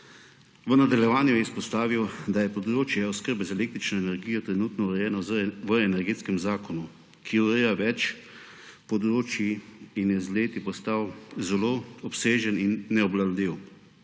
V nadaljevanju je izpostavil, da je področje oskrbe z električno energijo trenutno urejeno v Energetskem zakonu, ki ureja več področij in je z leti postal zelo obsežen in neobvladljiv.